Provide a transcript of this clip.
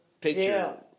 picture